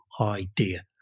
idea